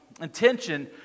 intention